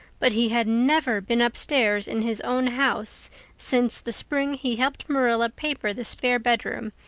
but he had never been upstairs in his own house since the spring he helped marilla paper the spare bedroom,